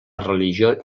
religió